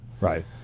Right